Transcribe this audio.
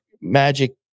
magic